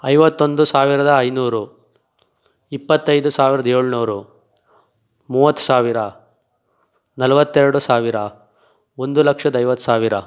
ಐವತ್ತೊಂದು ಸಾವಿರದ ಐನೂರು ಇಪ್ಪತ್ತೈದು ಸಾವಿರ್ದ ಏಳ್ನೂರು ಮೂವತ್ತು ಸಾವಿರ ನಲವತ್ತೆರ್ಡು ಸಾವಿರ ಒಂದು ಲಕ್ಷದ ಐವತ್ತು ಸಾವಿರ